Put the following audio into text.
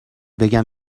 بگم